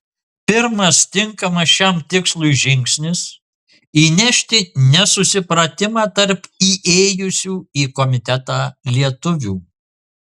pirmas tinkamas šiam tikslui žingsnis įnešti nesusipratimą tarp įėjusių į komitetą lietuvių